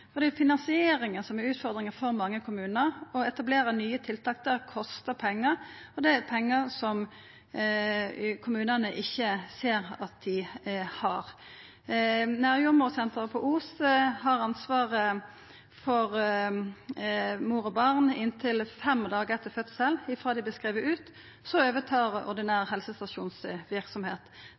Det er finansieringa som er utfordringa for mange kommunar. Å etablera nye tiltak kostar pengar, og det er pengar som kommunane ikkje ser at dei har. Nærjordmorsenteret på Os har ansvaret for mor og barn i inntil fem dagar etter fødselen, frå dei vert skrivne ut. Så overtar ordinær